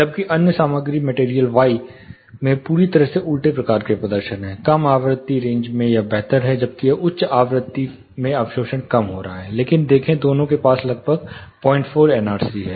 जबकि अन्य सामग्री मटेरियल y में पूरी तरह से उल्टे प्रकार का प्रदर्शन है कम आवृत्ति रेंज में यह बेहतर है जबकि यह उच्च आवृत्ति में अवशोषण कम हो रहा है लेकिन देखें दोनों के पास लगभग 04 NRC है